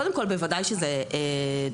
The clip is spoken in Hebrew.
קודם כל בוודאי שזה דורש.